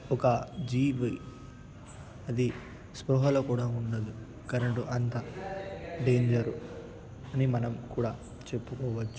ఒక జీవి అది స్పృహలో కూడా ఉండదు కరెంటు అంత డేంజర్ అని మనం కూడా చెప్పుకోవచ్చు